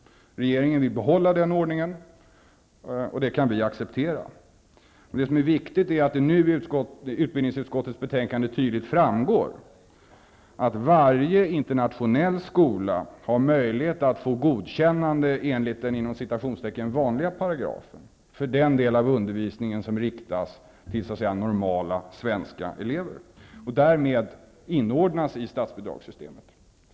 Regeringen vill behålla den ordningen, och det kan vi acceptera. Det som är viktigt är att det i utbildningsutskottets betänkande tydligt framgår att varje internationell skola har möjlighet att få godkännandet enligt den ''vanliga'' paragrafen för den del av undervisningen som riktas till så att säga normala svenska elever och därmed inordnas i statsbidragssystemet.